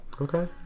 Okay